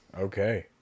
Okay